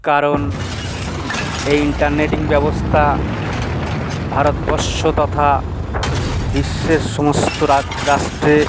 কারণ এই ইন্টারনেটিং ব্যবস্থা ভারতবর্ষ তথা বিশ্বের সমস্ত রাষ্ট্রে